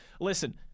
Listen